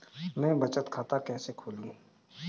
मैं बचत खाता कैसे खोलूं?